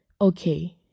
okay